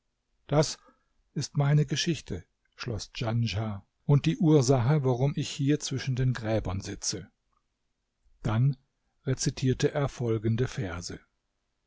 das ist meine geschichte schloß djanschah und die ursache warum ich hier zwischen den gräbern sitze dann rezitierte er folgende verse